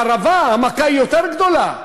בערבה המכה היא יותר גדולה,